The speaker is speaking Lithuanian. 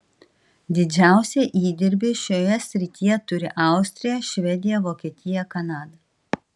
didžiausią įdirbį šioje srityje turi austrija švedija vokietija kanada